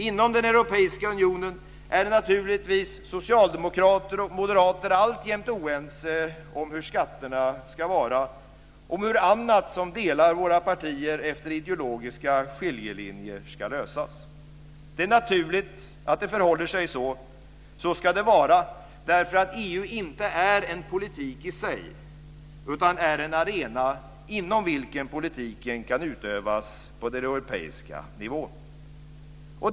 Inom den europeiska unionen är naturligtvis socialdemokrater och moderater alltjämt oense om hur skatterna ska vara, och om hur annat som delar våra partier efter ideologiska skiljelinjer ska lösas. Det är naturligt att det förhåller sig så. Så ska det vara, därför att EU inte är en politik i sig utan är en arena inom vilken politiken kan utövas på den europeiska nivån.